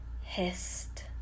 hissed